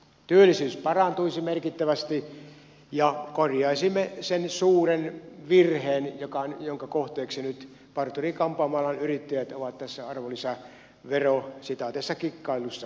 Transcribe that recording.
työllisyys parantuisi merkittävästi ja korjaisimme sen suuren virheen jonka kohteeksi nyt parturi kampaamoalan yrittäjät ovat tässä arvonlisävero sitaateissa kikkailussa joutuneet